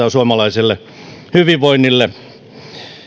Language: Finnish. on suomalaiselle hyvinvoinnille